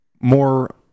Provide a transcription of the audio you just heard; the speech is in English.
more